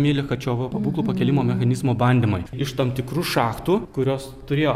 lichačiovo pabūklų pakėlimo mechanizmo bandymai iš tam tikrų šachtų kurios turėjo